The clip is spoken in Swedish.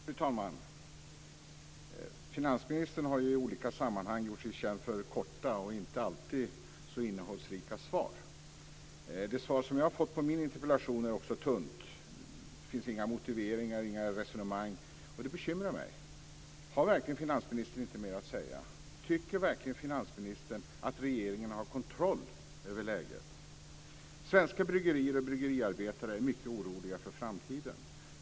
Fru talman! Finansministern har i olika sammanhang gjort sig känd för korta och inte alltid så innehållsrika svar. Det svar som jag har fått på min interpellation är också tunt. Det finns inga motiveringar, inga resonemang, och det bekymrar mig. Har verkligen inte finansministern mer att säga? Tycker verkligen finansministern att regeringen har kontroll över läget? Svenska bryggerier och bryggeriarbetare är mycket oroliga för framtiden.